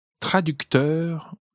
traducteur